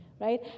right